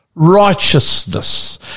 Righteousness